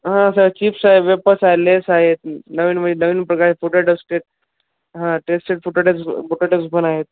हां sir chips आहे wafers आहे लेस आहेत न् नवीन म्हणजे नवीन प्रकारे फोटॅटोस्टेट हां टेस्टेड पोटॅटोज् प् पोटॅटोज् पण आहेत